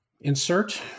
insert